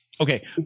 okay